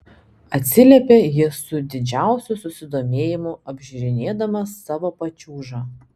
atsiliepė ji su didžiausiu susidomėjimu apžiūrinėdama savo pačiūžą